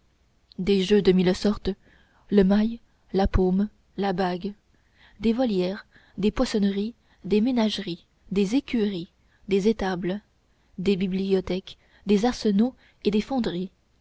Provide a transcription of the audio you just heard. des jeux de mille sortes le mail la paume la bague des volières des poissonneries des ménageries des écuries des étables des bibliothèques des arsenaux et des fonderies